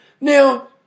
Now